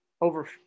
over